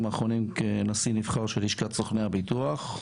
האחרונים כנשיא נבחר של לשכת סוכני הביטוח.